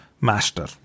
master